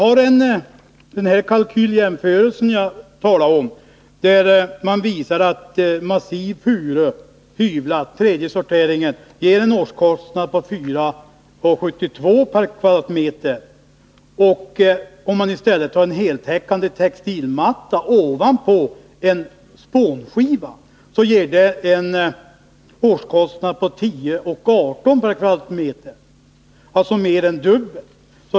I den kalkyljämförelse jag talade om visar man att massiv furu, hyvlad och av tredjesortering, ger en årskostnad på 4:72 kr. m? — alltså mer än det dubbla.